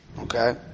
okay